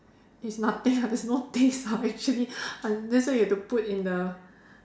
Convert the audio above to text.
it's nothing lah there's no taste lah actually that's why you have to put in the